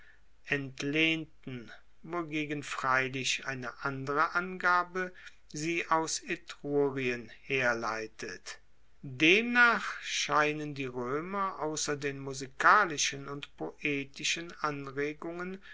entlehnten wogegen freilich eine andere angabe sie aus etrurien herleitet demnach scheinen die roemer ausser den musikalischen und poetischen anregungen